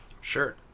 Sure